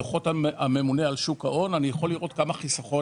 בדו"חות הממונה על שוק ההון אני יכול לראות כמה חיסכון